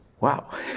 Wow